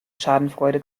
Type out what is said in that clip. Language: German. schadenfreude